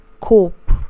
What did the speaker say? cope